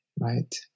right